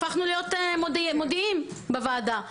הפכנו להיות מודיעין בוועדה.